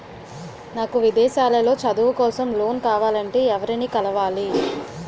నాకు విదేశాలలో చదువు కోసం లోన్ కావాలంటే ఎవరిని కలవాలి?